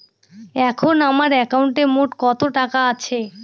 এখন আমার একাউন্টে মোট কত টাকা আছে?